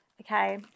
Okay